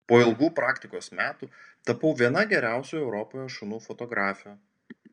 po ilgų praktikos metų tapau viena geriausių europoje šunų fotografių